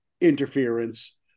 interference